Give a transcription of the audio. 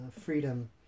freedom